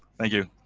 thank you.